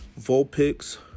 Vulpix